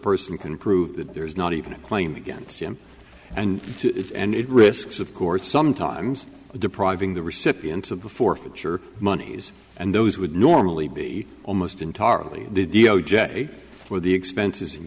person can prove that there is not even a claim against him and to end it risks of course sometimes depriving the recipients of the forfeiture monies and those would normally be almost entirely d o j for the expenses